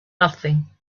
nothing